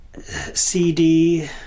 CD